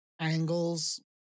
angles